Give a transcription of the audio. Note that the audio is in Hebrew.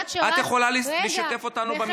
המניעה, אני אומר, לדעתי לא מספיקה.